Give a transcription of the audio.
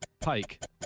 pike